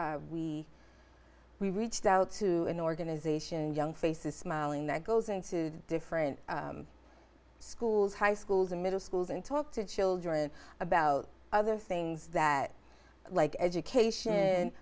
we we reached out to an organization young faces smiling that goes into different schools high schools and middle schools and talk to children about other things that like education